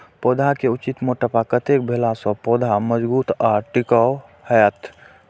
पौधा के उचित मोटापा कतेक भेला सौं पौधा मजबूत आर टिकाऊ हाएत?